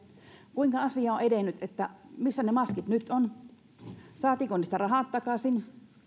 kuinka asia on edennyt ja missä ne maskit nyt ovat saatiinko niistä rahat takaisin